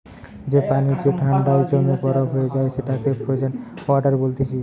যে পানি যে ঠান্ডায় জমে বরফ হয়ে যায় সেটাকে ফ্রোজেন ওয়াটার বলতিছে